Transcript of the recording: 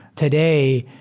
today,